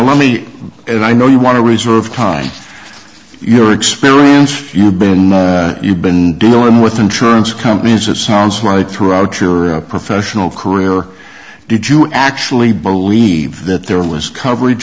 let me and i know you want to reserve time your experience you've been you've been dealing with insurance companies it sounds like throughout your professional career did you actually believe that there was coverage